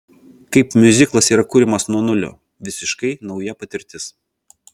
kaip miuziklas yra kuriamas nuo nulio visiškai nauja patirtis